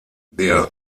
der